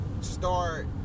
start